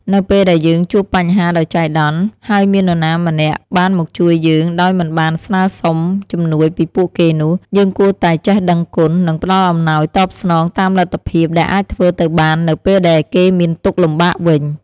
នៅពេលដែលយើងជួបបញ្ហាដោយចៃដន្យ ហើយមាននរណាម្នាក់បានមកជួយយើងដោយមិនបានស្នើសុំជំនួយពីពួកគេនោះ យើងគួរតែចេះដឹងគុណ និងផ្ដល់អំណោយតបស្នងតាមលទ្ធភាពដែលអាចធ្វើទៅបាននៅពេលដែលគេមានទុក្ខលំបាកវិញ។